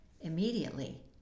Immediately